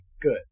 good